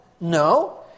No